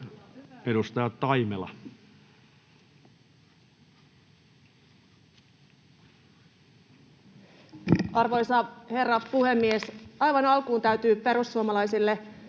16:21 Content: Arvoisa herra puhemies! Aivan alkuun täytyy perussuomalaisille